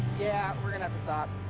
yeah, we're going to